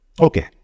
Okay